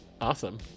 Awesome